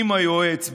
אם היועץ,